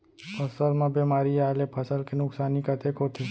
फसल म बेमारी आए ले फसल के नुकसानी कतेक होथे?